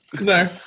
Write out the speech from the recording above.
No